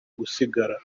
gusigara